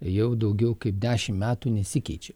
jau daugiau kaip dešimt metų nesikeičia